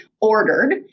ordered